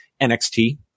NXT